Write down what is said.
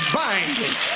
binding